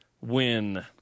win